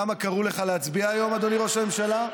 למה קראו לך להצביע היום, אדוני ראש הממשלה?